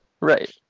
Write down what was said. right